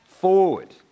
forward